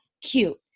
cute